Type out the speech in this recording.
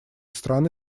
страны